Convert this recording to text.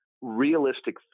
realistic